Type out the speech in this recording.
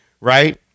right